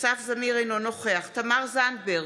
אינו נוכח תמר זנדברג,